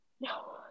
No